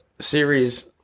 series